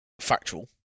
factual